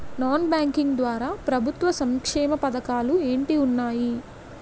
Non banking ద్వారా ప్రభుత్వ సంక్షేమ పథకాలు ఏంటి ఉన్నాయి?